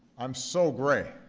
i'm so gray.